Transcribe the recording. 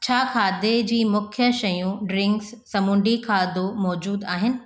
छा खाधे जी मुख्य शयूं ड्रिंक्स समूंड़ी खाधो मौज़ूद आहिनि